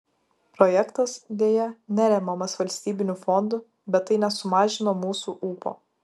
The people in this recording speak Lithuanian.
projektas deja neremiamas valstybinių fondų bet tai nesumažino mūsų ūpo